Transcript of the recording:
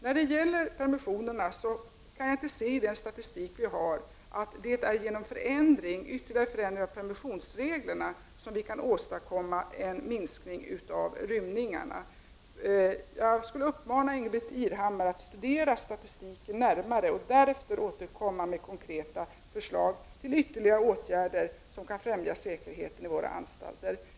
När det gäller dessa kan jag inte se av den statistik vi har att det är genom att ytterligare förändra permissionsreglerna som vi kan åstadkomma en minskning av antalet rymningar. Jag uppmanar Ingbritt Irhammar att närmare studera statistiken och därefter komma med konkreta förslag till ytterligare åtgärder som kan främja säkerheten i våra anstalter.